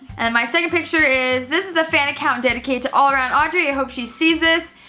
and my second picture is this is a fan account dedicated to allaroundaudrey. i hope she sees this,